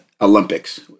Olympics